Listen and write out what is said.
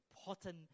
important